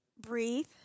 breathe